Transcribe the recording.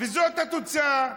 וזאת התוצאה.